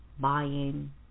buying